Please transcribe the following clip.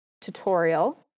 tutorial